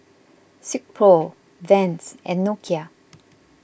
Silkpro Vans and Nokia